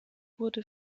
wurde